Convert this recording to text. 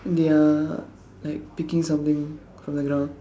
they are like picking something from the ground